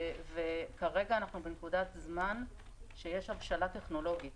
כרגע יש הבשלה טכנולוגית,